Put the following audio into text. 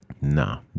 Nah